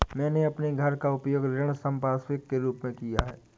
मैंने अपने घर का उपयोग ऋण संपार्श्विक के रूप में किया है